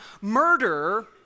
Murder